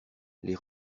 les